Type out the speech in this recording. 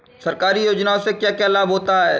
सरकारी योजनाओं से क्या क्या लाभ होता है?